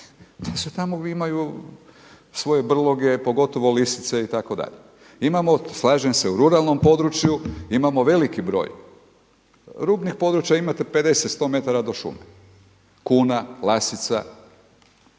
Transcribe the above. njima, tamo imaju svoj brloge, pogotovo lisice itd.. Imamo, slažem se u ruralnom području, imamo veliki broj, rubnih područja imate 50, 100 metara do šume, kuna, lasica,